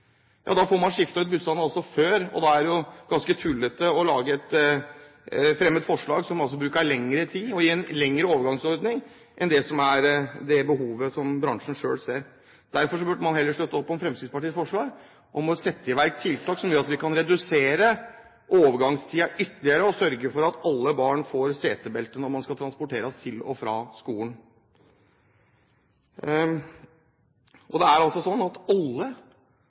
Da får man skiftet ut bussene før, og da er det ganske tullete å fremme et forslag som gjør at en bruker lengre tid og får en lengre overgangsordning enn det det er behov for, etter det bransjen selv ser. Da burde man heller sluttet opp om Fremskrittspartiets forslag om å sette i verk tiltak som gjør at man kan redusere overgangstiden ytterligere, og sørge for at alle barn får setebelte når de skal transporteres til og fra skolen. Alle barn er pålagt å være på skolen. Da mener jeg at